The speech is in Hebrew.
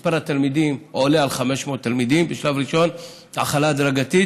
שמספר התלמידים בהם עולה על 500. החלה הדרגתית.